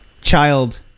child